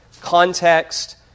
context